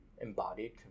embodied